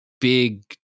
big